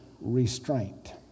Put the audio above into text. restraint